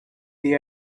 they